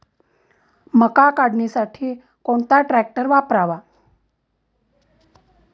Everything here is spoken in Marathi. मका काढणीसाठी कोणता ट्रॅक्टर वापरावा?